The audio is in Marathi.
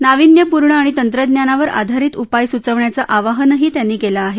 नाविन्यपूर्ण आणि तंत्रज्ञानावर आधारित उपाय सूचवण्याचं आवाहनंही त्यांनी केलं आहे